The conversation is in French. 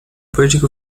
politique